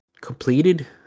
completed